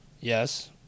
Yes